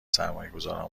سرمایهگذارها